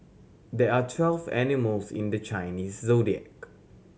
there are twelve animals in the Chinese Zodiac